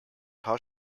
paar